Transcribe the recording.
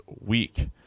week